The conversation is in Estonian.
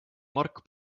mark